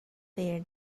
there